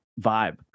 vibe